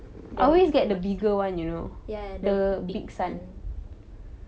ya ya ya the big san